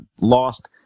lost